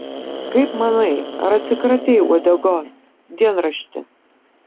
kaip manai ar atsikratei uodegos dienrašti